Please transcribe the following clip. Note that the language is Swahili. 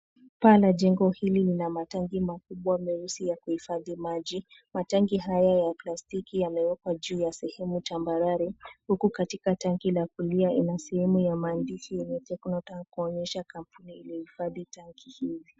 Paa la jengo hili lina matanki makubwa meusi ya kuhifadhi maji. Matanki haya ya plastiki yamewekwa juu ya sehemu tambarare huku katika tanki la kulia ina sehemu ya maandishi yenye Tekno Tank kuonyesha kampuni iliyohifadhi tanki hivi.